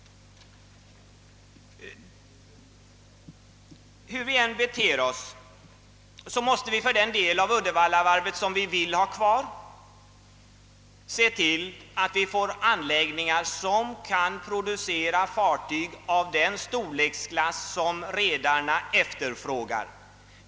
Hur vi än beter oss måste vi för den del av Uddevallavarvet som vi vill ha kvar se till att anläggningar utbyggs så att de kan producera fartyg av den storleksklass som redarna efterfrågar.